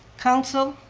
council,